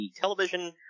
television